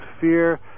fear